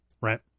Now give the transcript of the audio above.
right